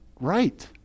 right